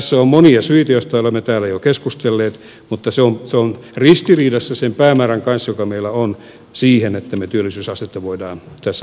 tässä on monia syitä joista olemme täällä jo keskustelleet mutta se on ristiriidassa sen päämäärän kanssa joka meillä on siihen että me työllisyysastetta voimme tässä maassa nostaa